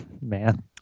Man